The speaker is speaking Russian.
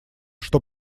что